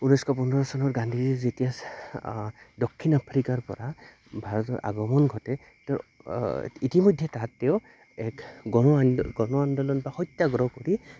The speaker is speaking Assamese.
ঊনৈছশ পোন্ধৰ চনত গান্ধীজীৰ যেতিয়া দক্ষিণ আফ্ৰিকাৰ পৰা ভাৰতৰ আগমন ঘটে তেওঁ ইতিমধ্যে তাত তেওঁ এক গণ আ গণ আন্দোলন বা সত্যাগ্ৰহ বুলি